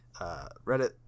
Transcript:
reddit